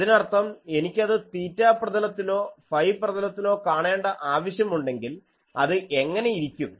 അതിനർത്ഥം എനിക്കത് തീറ്റ പ്രതലത്തിലോ ഫൈ പ്രതലത്തിലോ കാണേണ്ട ആവശ്യം ഉണ്ടെങ്കിൽ അത് എങ്ങനെ ഇരിക്കും